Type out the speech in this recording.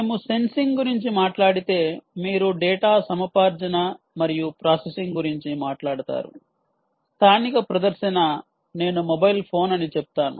మేము సెన్సింగ్ గురించి మాట్లాడితే మీరు డేటా సముపార్జన మరియు ప్రాసెసింగ్ గురించి మాట్లాడుతారు స్థానిక ప్రదర్శన నేను మొబైల్ ఫోన్ అని చెప్తాను